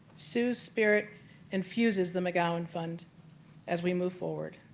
sue's spirit infuses the mcgowan fund as we move forward.